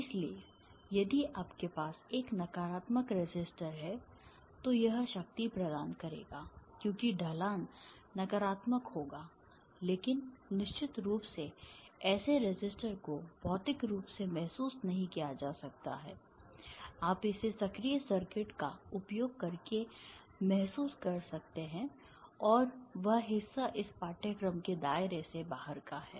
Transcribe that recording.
इसलिए यदि आपके पास एक नकारात्मक रेसिस्टर है तो यह शक्ति प्रदान करेगा क्योंकि ढलान नकारात्मक होगा लेकिन निश्चित रूप से ऐसे रेसिस्टर को भौतिक रूप से महसूस नहीं किया जा सकता है आप इसे सक्रिय सर्किट का उपयोग करके महसूस कर सकते हैं और वह हिस्सा इस पाठ्यक्रम के दायरे से बाहर का है